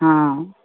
हँ